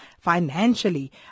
financially